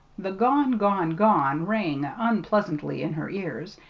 the gone gone gone rang unpleasantly in her ears,